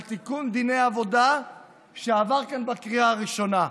על תיקון דיני עבודה שעבר כאן בקריאה ראשונה.